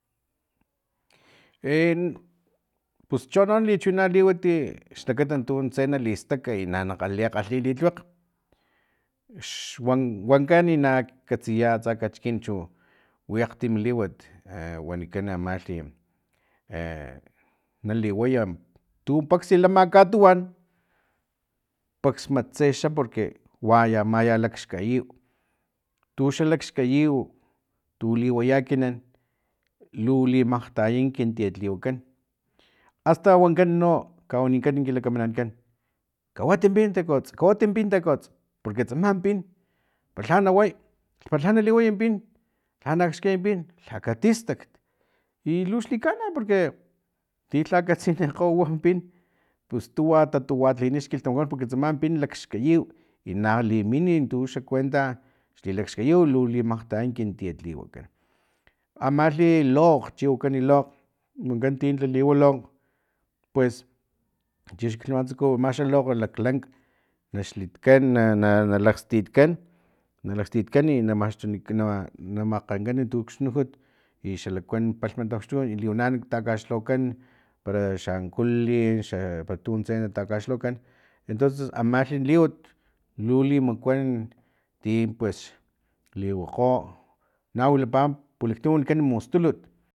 E pus cho nali chiwina liwat xlakata tu tse nalistaka i nali kgalhiy li tliwakg xwankan na katsiya atsa kachikin chu wi akgtim liwat wanikan ama amalhi e naliwaya tu paksi lama katuwan paks mat tse xa porque maya maya lakxkayiw tuxa lakxkayiw tu liwaya ekinan lu limakgtaya kin tietliwatkan asta wankan no kawanikan kin kamanankan kawatin pin tekgots kawatin pin tekots porque tsama pin palha na way palha na liwayam pin xa na akxkayam pin lha katistak i lixlikana porque ti lha katsinikgo wam pin pus tuwa tatuwarlini xkilhtamaku porque tsama pin lakxkayiw i nalimin tuxa kuenta xlilakxkayiw lu limakgtaya kin tietliwakan amalhi lokg chi wakani lokg wankan ti taliwa lokg pues chix kilwama tsaku axni lokg laklank naxlitkan na na lakgtismikan i na maxtunikan na makgankan tux nujut i xa lakuan palhama na maxtu y liwana na takaxlhawakan para xa ankulin i xa para tuntse nata kaxlhawakan entonces amalhi liwat lu limakuan ti pues liwakho na wilapa pulaktim wanikan mustulut